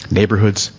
Neighborhoods